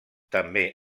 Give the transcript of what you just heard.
també